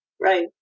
Right